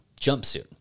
jumpsuit